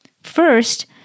First